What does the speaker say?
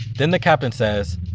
then the captain says,